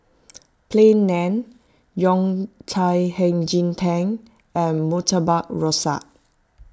Plain Naan Yao Cai Hei Ji Tang and Murtabak Rusa